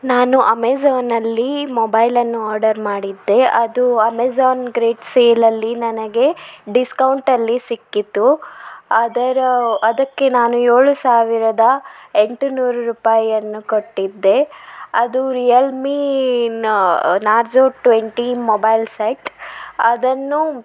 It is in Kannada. ನಾನು ಅಮೇಝಾನಲ್ಲಿ ಮೊಬೈಲನ್ನು ಆರ್ಡರ್ ಮಾಡಿದ್ದೆ ಅದು ಅಮೇಝಾನ್ ಗ್ರೇಟ್ ಸೇಲಲ್ಲಿ ನನಗೆ ಡಿಸ್ಕೌಂಟಲ್ಲಿ ಸಿಕ್ಕಿತ್ತು ಅದರ ಅದಕ್ಕೆ ನಾನು ಏಳು ಸಾವಿರದ ಎಂಟು ನೂರು ರೂಪಾಯಿಯನ್ನು ಕೊಟ್ಟಿದ್ದೆ ಅದು Realme Narzo twenty mobile set ಅದನ್ನು